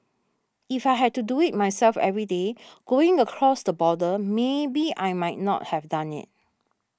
if I had to do it myself every day going across the border maybe I might not have done it